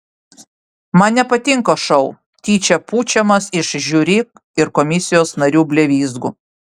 man nepatinka šou tyčia pučiamas iš žiuri ir komisijos narių blevyzgų